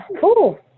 Cool